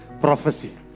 prophecy